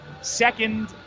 second